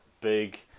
big